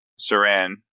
Saran